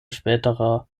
späterer